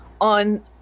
on